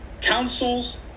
councils